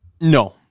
No